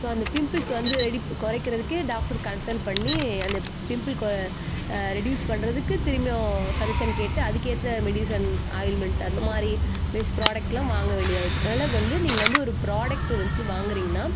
so அந்த pimples வந்து ரெடி குறைகிறதுக்கே டாக்டர் கன்சல் பண்ணி அந்த பிம்பிள் கோ ரெடியூஸ் பண்றதுக்கு திரும்ப சஜெஷன் கேட்டு அதுக்கேற்ற மெடிஸன் ஆயில்மெண்ட் அந்த மாதிரி பேஸ் ப்ராடக்ட்லாம் வாங்க வேண்டியது ஆயிட்ச்சி அதனால் வந்து நீங்கள் வந்து ஒரு ப்ராடக்ட்டு ஃபஸ்ட்டு வாங்குறீங்கனால்